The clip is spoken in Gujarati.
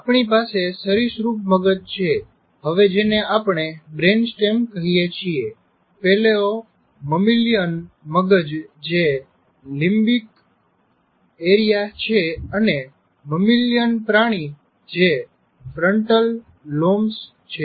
આપણી પાસે સરીસૃપ મગજ છે હવે જેને આપણે બ્રેઇન સ્ટેમ કહીએ છીએ પેલેઓ મમ્લિયન મગજ જે લિમ્બિક એરિયા છે અને મમ્લિયન પ્રાણી જે ફ્રન્ટલ લોબ્સ છે